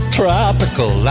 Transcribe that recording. tropical